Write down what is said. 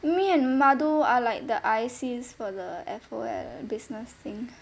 me and madu are like the I_C for the F_O_L business thing